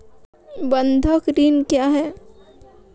बंधक ऋण क्या है?